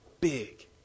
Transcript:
big